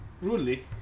Rudely